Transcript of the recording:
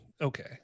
Okay